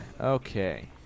Okay